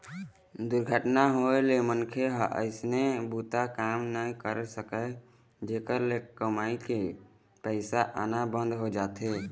दुरघटना होए ले मनखे ह अइसने बूता काम नइ कर सकय, जेखर ले कमई के पइसा आना बंद हो जाथे